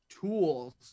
tools